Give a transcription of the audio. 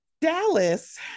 Dallas